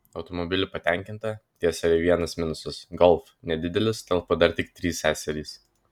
automobiliu patenkinta tiesa yra vienas minusas golf nedidelis telpa dar tik trys seserys